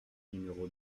numéro